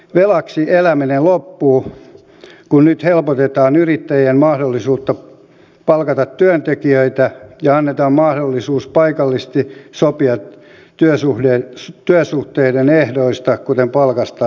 velaksi eläminen loppuu kun nyt helpotetaan yrittäjien mahdollisuutta palkata työntekijöitä ja annetaan mahdollisuus paikallisesti sopia työsuhteiden ehdoista kuten palkasta ja työajasta